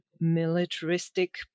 militaristic